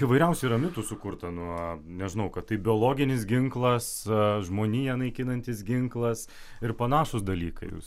įvairiausių yra mitų sukurta nuo nežinau kad tai biologinis ginklas žmoniją naikinantis ginklas ir panašūs dalykai jūs